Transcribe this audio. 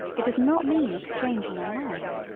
it does not mean exchanging a line.